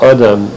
Adam